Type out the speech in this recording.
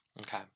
Okay